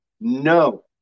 No